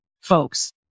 folks